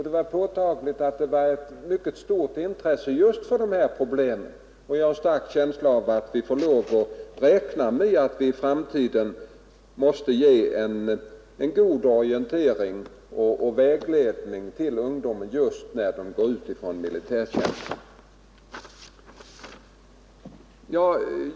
Det var påtagligt att det var ett mycket stort intresse just för de här problemen, och jag har en stark känsla av att vi får lov att räkna med att i framtiden ge en god orientering och vägledning till ungdomen just när den går ut från militärtjänsten.